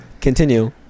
Continue